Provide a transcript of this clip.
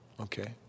Okay